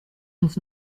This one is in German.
uns